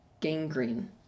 gangrene